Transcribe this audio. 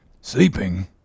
Sleeping